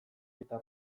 eta